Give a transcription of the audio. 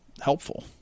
helpful